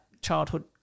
childhood